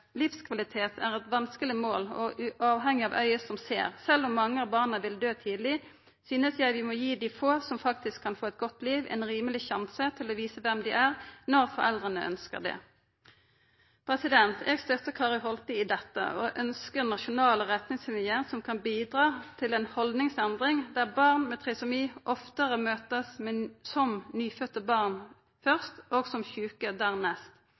er et vanskelig mål og avhengig av øyet som ser. Selv om mange av barna vil dø tidlig, synes jeg vi må gi de få som faktisk kan få et godt liv en rimelig sjanse til å vise hvem de er – når foreldrene ønsker det.» Eg støttar Kari Holte i dette og ønskjer nasjonale retningslinjer som kan bidra til ei haldningsendring, der barn med trisomi oftare vert møtte som nyfødde barn først, og som sjuke